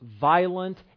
violent